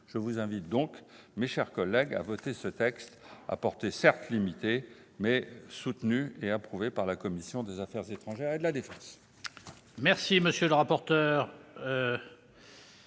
Je vous invite donc, mes chers collègues, à voter ce texte à la portée certes très limitée, mais qui est soutenu par la commission des affaires étrangères, de la défense